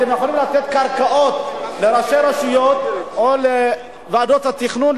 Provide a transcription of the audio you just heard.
אתם יכולים לתת קרקעות לראשי רשויות או לוועדות התכנון,